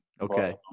Okay